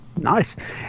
Nice